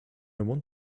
want